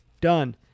Done